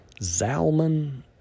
Zalman